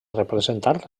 representar